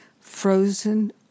Frozen